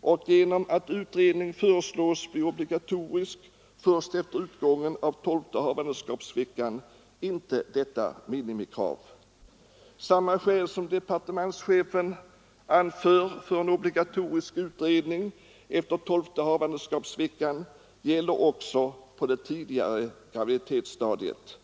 och genom att utredning föreslås bli obligatorisk först efter utgången av tolfte havandeskapsveckan inte detta minimikrav. Samma skäl som departementschefen anför för en obligatorisk utredning efter tolfte havandeskapsveckan gäller också på det tidigare graviditetsstadiet.